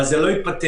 אבל זה לא ייפתר.